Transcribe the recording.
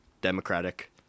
Democratic